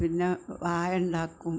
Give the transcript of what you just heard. പിന്നെ വാഴയുണ്ടാക്കും